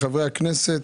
חברי כנסת,